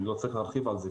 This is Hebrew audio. אני לא צריך להרחיב על זה,